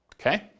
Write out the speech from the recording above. Okay